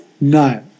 no